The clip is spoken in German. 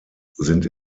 sind